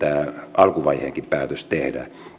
alkuvaiheenkin päätös tehdä